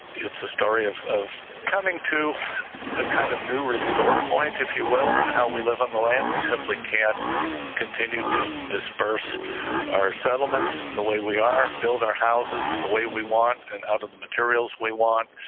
it's a story of of coming to a kind of new restore point if you will and how we live on the land. we simply can't continue to disperse our settlements in the way we are build our houses the way we want and out of the materials we want.